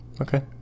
Okay